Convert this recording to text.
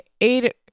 eight